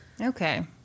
Okay